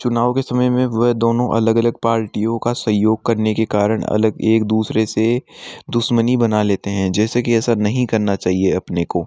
चुनाव के समय में वह दोनों अलग अलग पार्टियों का सहयोग करने के कारण अलग एक दूसरे से दुश्मनी बना लेते हैं जैसे कि ऐसा नहीं करना चाहिए अपने को